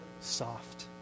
soft